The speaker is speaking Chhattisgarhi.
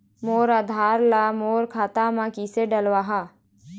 मोर आधार ला मोर खाता मे किसे डलवाहा?